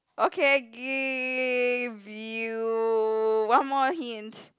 okay I give you one more hint